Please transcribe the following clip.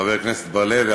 חבר הכנסת בר-לב,